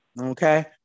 Okay